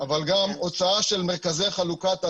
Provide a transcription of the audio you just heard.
אבל גם הוצאה של מרכזי חלוקת אדולן,